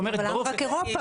אבל למה רק אירופה?